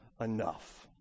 enough